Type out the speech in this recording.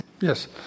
Yes